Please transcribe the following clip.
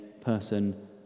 person